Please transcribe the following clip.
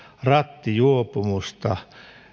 rattijuopumusta